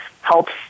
helps